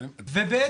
וב'